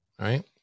right